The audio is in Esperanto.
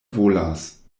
volas